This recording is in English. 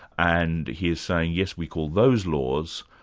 and he is saying, yes, we call those laws,